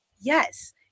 Yes